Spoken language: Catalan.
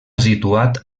situat